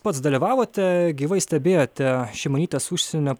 pats dalyvavote gyvai stebėjote šimonytės užsienio